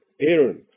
Aaron